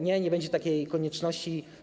Nie, nie będzie takiej konieczności.